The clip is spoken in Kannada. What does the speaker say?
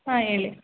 ಹಾಂ ಹೇಳಿ